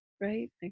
right